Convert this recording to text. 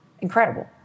Incredible